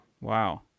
Wow